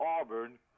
Auburn